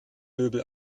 möbel